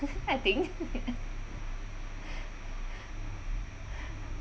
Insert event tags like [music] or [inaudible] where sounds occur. [laughs] I think [laughs] [breath] [breath]